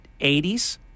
80s